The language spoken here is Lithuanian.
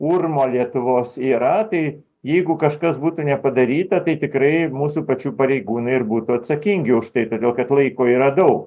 urmo lietuvos yra tai jeigu kažkas būtų nepadaryta tai tikrai mūsų pačių pareigūnai ir būtų atsakingi už tai todėl kad laiko yra daug